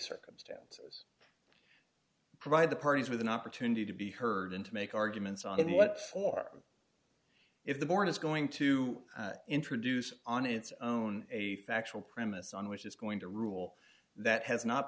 circumstance provide the parties with an opportunity to be heard and to make arguments on what for if the born is going to introduce on its own a factual premise on which is going to rule that has not